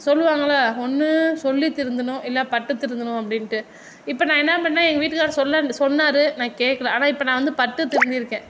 சொல்லுவாங்கல்ல ஒன்று சொல்லி திருந்தணும் இல்லை பட்டு திருந்தணும் அப்படின்ட்டு இப்போ நான் என்ன பண்ணேன் எங்கள் விட்டுக்காரரு சொன்னார் நான் கேக்கல ஆனால் நான் இப்போ வந்து பட்டு திருந்தியிருக்கேன்